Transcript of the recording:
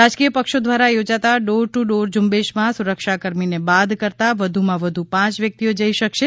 રાજકીય પક્ષો દ્વારા યોજાતા ડોર ટ્ર ડોર ઝૂંબેશમાં સુરક્ષાકર્મીને બાદ કરતાં વધુમાં વધુ પાંચ વ્યક્તિઓ જઈ શકશે